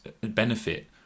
benefit